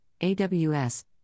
AWS